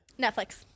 Netflix